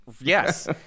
Yes